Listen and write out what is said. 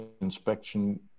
inspection